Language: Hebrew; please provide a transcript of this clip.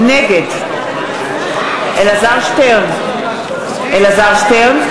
נגד אלעזר שטרן, אלעזר שטרן.